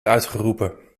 uitgeroepen